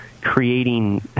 creating